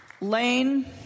Lane